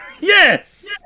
Yes